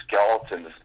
skeletons